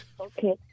Okay